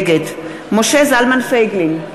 נגד משה זלמן פייגלין,